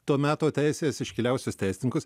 to meto teisės iškiliausius teisininkus